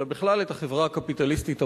אלא בכלל את החברה הקפיטליסטית המודרנית,